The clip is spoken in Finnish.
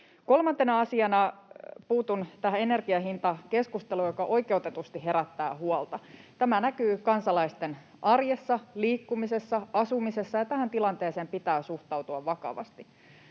Kolmantena asiana puutun tähän keskusteluun energian hinnasta, joka oikeutetusti herättää huolta. Tämä näkyy kansalaisten arjessa — liikkumisessa, asumisessa — ja tähän tilanteeseen pitää suhtautua vakavasti.